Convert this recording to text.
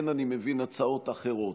ואני מבין שאין הצעות אחרות.